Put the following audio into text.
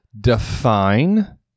define